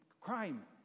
crime